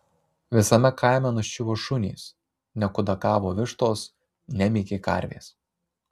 visame kaime nuščiuvo šunys nekudakavo vištos nemykė karvės